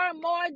more